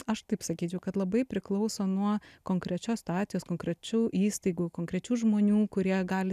aš taip sakyčiau kad labai priklauso nuo konkrečios situacijos konkrečių įstaigų konkrečių žmonių kurie gali